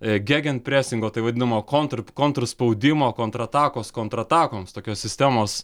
e gegenpresingo tai vadinamo kontr kontrspaudimo kontratakos kontratakoms tokios sistemos